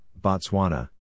Botswana